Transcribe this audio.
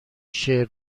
شعر